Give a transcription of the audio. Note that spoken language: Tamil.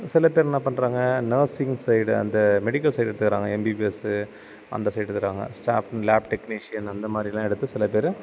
சில பேர் என்ன பண்றாங்க நர்சிங்ஸ் சைடு அந்த மெடிக்கல் சைடு எடுத்துக்கிறாங்க எம்பிபிஎஸ்ஸு அந்த சைடு எடுத்துக்கிறாங்க ஸ்டாஃப் லேப் டெக்னிஷியன் அந்த மாரிலாம் எடுத்து சில பேர்